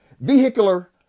vehicular